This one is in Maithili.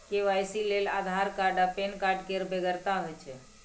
के.वाई.सी लेल आधार आ पैन कार्ड केर बेगरता होइत छै